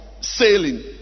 sailing